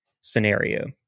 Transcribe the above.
scenario